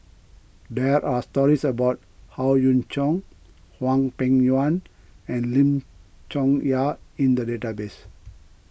there are stories about Howe Yoon Chong Hwang Peng Yuan and Lim Chong Yah in the database